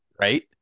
right